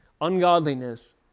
ungodliness